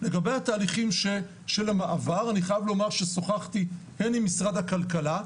לגבי התהליכים של המעבר אני חייב לומר ששוחחתי הן עם משרד הכלכלה,